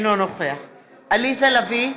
אינו נוכח עליזה לביא,